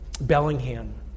Bellingham